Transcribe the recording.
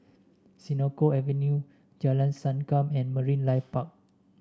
Senoko Avenue Jalan Sankam and Marine Life Park